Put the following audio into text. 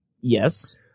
Yes